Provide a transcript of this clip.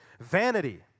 Vanity